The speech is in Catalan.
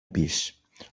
pis